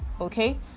Okay